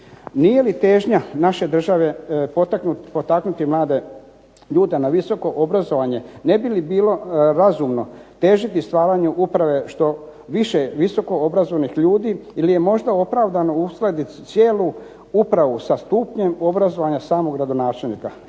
Nije li težnja naše države potaknuti mlade ljude na visoko obrazovanje, ne bi li bilo razumno težiti stvaranju uprave što više visoko obrazovanih ljudi, ili je možda opravdano uskladiti cijelu upravu sa stupnjem obrazovanja samog gradonačelnika.